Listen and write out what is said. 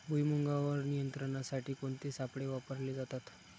भुईमुगावर नियंत्रणासाठी कोणते सापळे वापरले जातात?